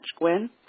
Gwen